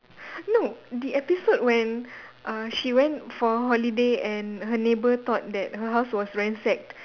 no the episode when uh she went for holiday and her neighbour thought that her house was ransacked